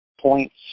points